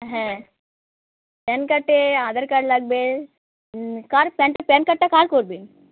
হ্যাঁ প্যান কার্ডে আধার কার্ড লাগবে কার প্যান প্যান কার্ডটা কার করবেন